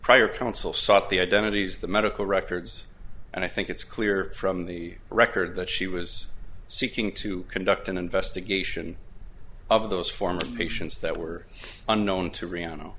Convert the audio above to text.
prior counsel sought the identities of the medical records and i think it's clear from the record that she was seeking to conduct an investigation of those former patients that were unknown to reno